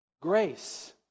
Grace